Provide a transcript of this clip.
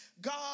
God